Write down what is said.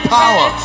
power